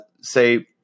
say